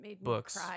books